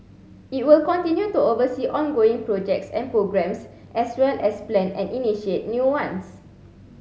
it will continue to oversee ongoing projects and programmes as well as plan and initiate new ones